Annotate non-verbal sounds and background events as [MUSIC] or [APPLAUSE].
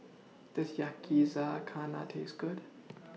[NOISE] Does Yakizakana Taste Good